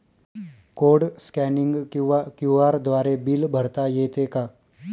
Code scanning किंवा QR द्वारे bill भरता येते का?